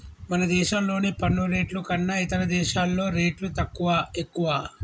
మన దేశంలోని పన్ను రేట్లు కన్నా ఇతర దేశాల్లో రేట్లు తక్కువా, ఎక్కువా